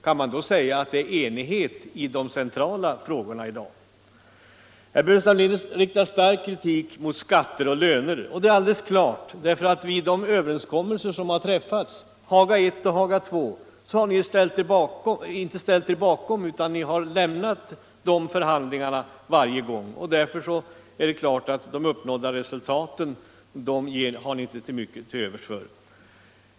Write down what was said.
Kan man då säga att det är enighet i de centrala frågorna i dag? Herr Burenstam Linder riktar stark kritik mot skatter och löner. Det är alldeles klart att ni gör det, eftersom ni inte har ställt er bakom överenskommelserna Haga I och Haga II, utan ni lämnade förhandlingarna båda gångerna. Därför är det klart att ni inte har mycket till övers för de uppnådda resultaten.